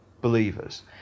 believers